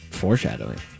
foreshadowing